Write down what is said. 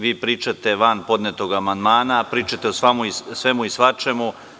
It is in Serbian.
Vi pričate van podnetog amandmana, pričate o svemu i svačemu.